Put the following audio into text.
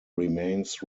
remains